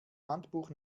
handbuch